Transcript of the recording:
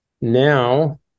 now